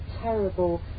terrible